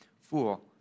fool